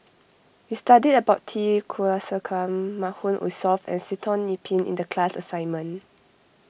we studied about T Kulasekaram Mahmood Wusof and Sitoh Yih Pin in the class assignment